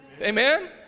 Amen